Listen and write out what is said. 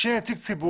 שיהיה נציג ציבור,